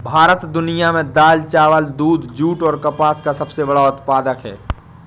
भारत दुनिया में दाल, चावल, दूध, जूट और कपास का सबसे बड़ा उत्पादक है